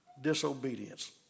disobedience